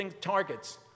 targets